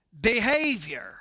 behavior